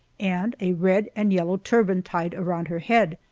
and a red-and-yellow turban tied around her head.